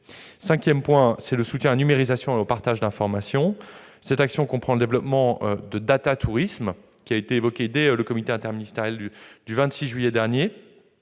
Cinquième axe : le soutien à la numérisation et au partage d'informations. Cette action comprend le développement de DATAtourisme, évoqué dès le comité interministériel du 26 juillet dernier,